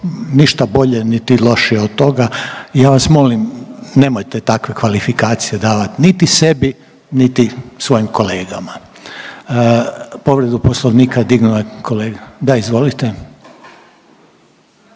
ništa bolje niti lošije od toga. Ja vas molim nemojte takve kvalifikacije davati niti sebi, niti svojim kolegama. Povredu Poslovnika dignuo je kolega. Da, izvolite.